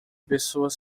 pessoas